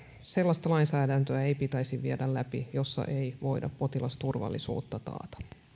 sellaista lainsäädäntöä ei pitäisi viedä läpi jossa ei voida potilasturvallisuutta taata